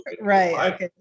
right